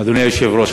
אדוני היושב-ראש,